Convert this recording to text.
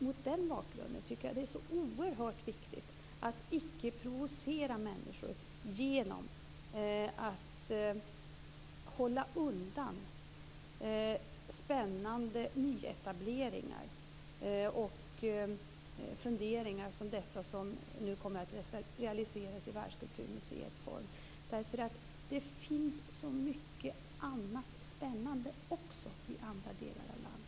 Mot den bakgrunden tycker jag att det är så oerhört viktigt att icke provocera människor genom att hålla undan spännande nyetableringar och funderingar som dessa som nu kommer att realiseras i Världskulturmuseets form. Det finns så mycket spännande också, i andra delar av landet.